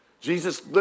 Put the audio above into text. Jesus